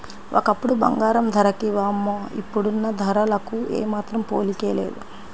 ఒకప్పుడు బంగారం ధరకి వామ్మో ఇప్పుడున్న ధరలకు ఏమాత్రం పోలికే లేదు